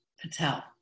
Patel